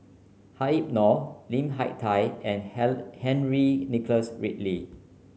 Habib Noh Lim Hak Tai and Henry Nicholas Ridley